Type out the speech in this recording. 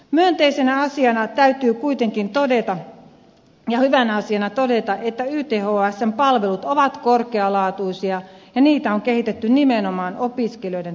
myönteisenä ja hyvänä asiana täytyy kuitenkin todeta että ythsn palvelut ovat korkealaatuisia ja niitä on kehitetty nimenomaan opiskelijoiden tarpeista lähtien